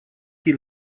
que